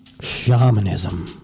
shamanism